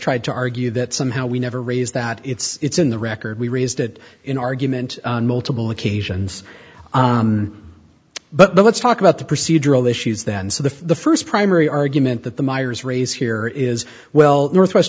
tried to argue that somehow we never raise that it's in the record we raised it in argument multiple occasions but let's talk about the procedural issues then so the first primary argument that the miers raise here is well northwest